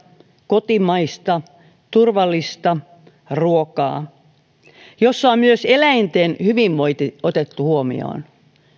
kotimaista turvallista ruokaa jossa on myös eläinten hyvinvointi otettu huomioon